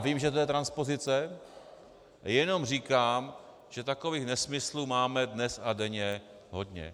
Vím, že to je transpozice, jenom říkám, že takových nesmyslů máme dnes a denně hodně.